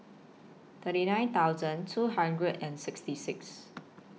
thirty nine thousand two hundred and sixty six